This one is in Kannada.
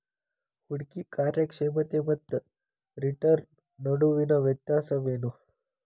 ಹೂಡ್ಕಿ ಕಾರ್ಯಕ್ಷಮತೆ ಮತ್ತ ರಿಟರ್ನ್ ನಡುವಿನ್ ವ್ಯತ್ಯಾಸ ಏನು?